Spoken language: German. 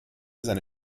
seine